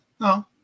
No